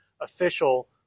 official